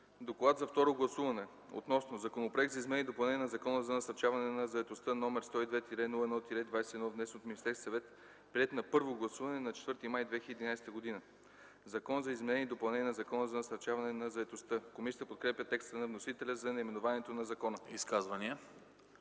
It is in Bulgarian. „Доклад за второ гласуване относно Законопроект за изменение и допълнение на Закона за насърчаване на заетостта, № 102-01-21, внесен от Министерския съвет, приет на първо гласуване на 4 май 2011 г. „Закон за изменение и допълнение на Закона за насърчаване на заетостта” Комисията подкрепя текста на вносителя за наименованието на закона. ПРЕДСЕДАТЕЛ